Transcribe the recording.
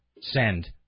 send